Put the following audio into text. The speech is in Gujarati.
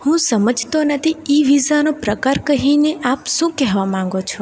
હું સમજતો નથી ઇ વિઝાનો પ્રકાર કહીને આપ શું કહેવા માગો છો